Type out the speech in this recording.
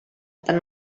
tan